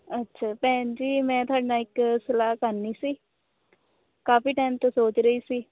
ਅੱਛਾ ਭੈਣ ਜੀ ਮੈਂ ਤੁਹਾਡੇ ਨਾਲ ਇੱਕ ਸਲਾਹ ਕਰਨੀ ਸੀ ਕਾਫ਼ੀ ਟੈਮ ਤੋਂ ਸੋਚ ਰਹੀ ਸੀ